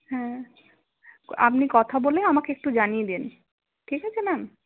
হ্যাঁ আপনি কথা বলে আমাকে একটু জানিয়ে দিন ঠিক আছে ম্যাম